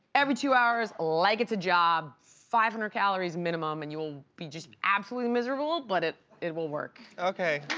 every two hours, like it's a job, five hundred calories minimum, and you'll be just absolutely miserable, but it it will work. okay,